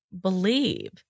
believe